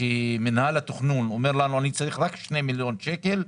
כשמינהל התכנון אומר לנו שהוא צריך רק 2 מיליון שקלים,